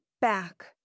back